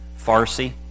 Farsi